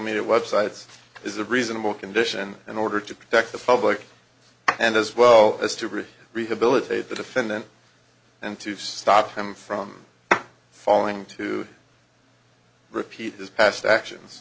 media websites is a reasonable condition in order to protect the public and as well as to bridge rehabilitate the defendant and to stop him from falling to repeat his past actions